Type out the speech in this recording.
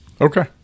Okay